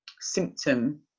symptom